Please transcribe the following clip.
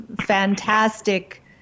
fantastic